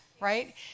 right